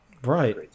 Right